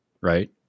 Right